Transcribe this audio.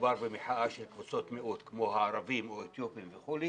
וכשמדובר במחאה של קבוצות מיעוט כמו הערבים או אתיופים וכולי